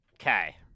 Okay